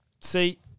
See